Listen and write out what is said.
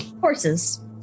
Horses